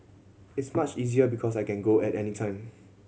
is much easier because I can go at any time